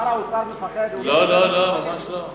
שר האוצר מפחד, לא, לא, ממש לא.